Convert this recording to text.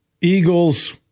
Eagles